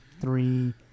three